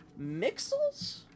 Mixels